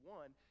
one